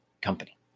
company